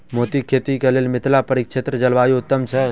मोतीक खेती केँ लेल मिथिला परिक्षेत्रक जलवायु उत्तम छै?